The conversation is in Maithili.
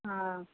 हँ